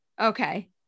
Okay